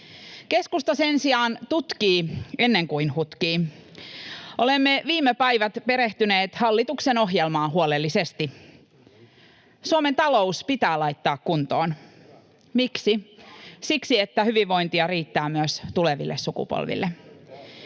Keskusta sen sijaan tutkii ennen kuin hutkii. Olemme viime päivät perehtyneet hallituksen ohjelmaan huolellisesti. Suomen talous pitää laittaa kuntoon. [Ben Zyskowicz: Hyvä!] Miksi? Siksi, että hyvinvointia riittää myös tuleville sukupolville.